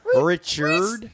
Richard